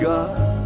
God